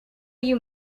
you